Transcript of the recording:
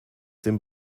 dem